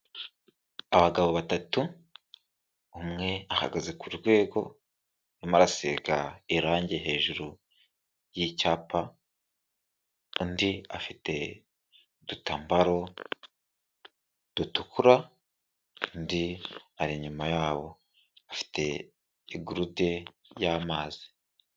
Abagabo batatu, umwe ahagaze ku rwego arimo arasiga irangi hejuru y'icyapa, undi afite udutambaro dutukura, undi ari inyuma yabo, afite igurude y'amazi.